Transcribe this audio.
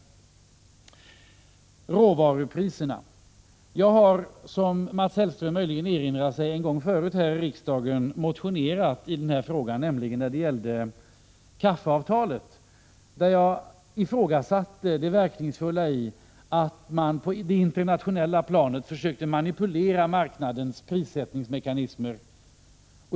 Beträffande råvarupriserna: Jag har, som Mats Hellström möjligen erinrar sig, en gång förut här i riksdagen motionerat i denna fråga. Det gällde kaffeavtalet. Då ifrågasatte jag det verkningsfulla i att man på det internationella planet försökte manipulera marknadens prissättningsmekanismer.